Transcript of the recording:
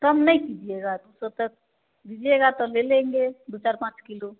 कम नहीं कीजिएगा तो तब दीजिएगा तो ले लेंगे दो चार पाँच किलो